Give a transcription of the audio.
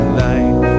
life